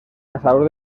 caçador